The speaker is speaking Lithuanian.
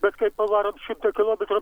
bet kaip pavaro ant šimto kilometrų